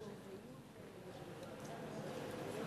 בבקשה.